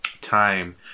time